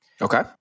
Okay